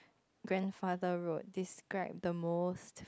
grandfather road describe the most